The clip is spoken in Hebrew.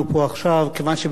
כיוון שבסופו של דבר,